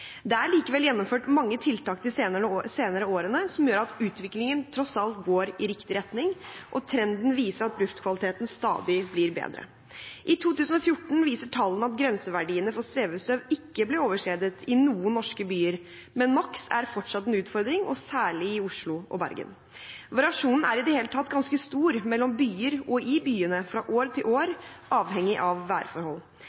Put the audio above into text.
Det er likevel gjennomført mange tiltak de senere årene som gjør at utviklingen tross alt går i riktig retning, og trenden viser at luftkvaliteten stadig blir bedre. I 2014 viser tallene at grenseverdiene for svevestøv ikke ble overskredet i noen norske byer, men NOX er fortsatt en utfordring, særlig i Oslo og Bergen. Variasjonen er i det hele tatt ganske stor mellom byer og i byene, fra år til